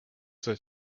that